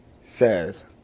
says